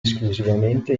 esclusivamente